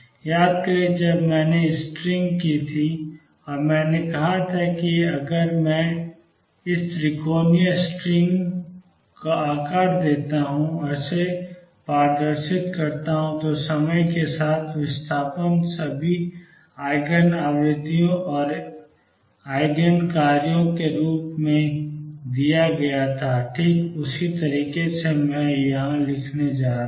याद करें जब मैंने स्ट्रिंग की थी और मैंने कहा था कि अगर मैं इसे त्रिकोणीय स्ट्रिंग का आकार देता हूं और इसे प्रदर्शित करता हूं तो समय के साथ विस्थापन सभी ईजिन आवृत्तियों और ईजिन कार्यों के योग के रूप में दिया गया था ठीक उसी तरह से मैं यह हूं लिखने जा रहे हैं